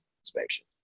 inspection